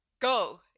go